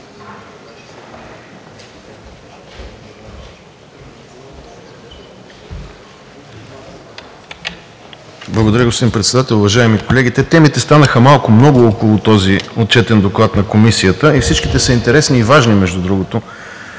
Благодаря, господин Председател. Уважаеми колеги! Те темите станаха малко много около този отчетен доклад на Комисията и всичките са интересни и важни, между другото.